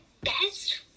best